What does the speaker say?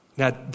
Now